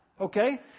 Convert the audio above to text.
Okay